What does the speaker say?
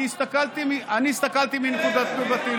אני הסתכלתי מנקודת מבטי.